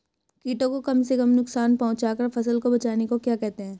कीटों को कम से कम नुकसान पहुंचा कर फसल को बचाने को क्या कहते हैं?